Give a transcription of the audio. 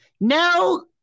no